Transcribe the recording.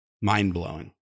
mind-blowing